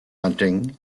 hunting